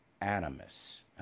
animus